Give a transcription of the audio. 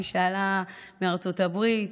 מי שעלה מארצות הברית.